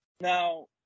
Now